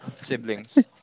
siblings